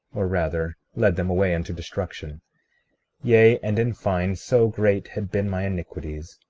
or rather led them away unto destruction yea, and in fine so great had been my iniquities,